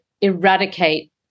eradicate